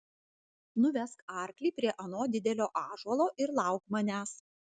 nuvesk arklį prie ano didelio ąžuolo ir lauk manęs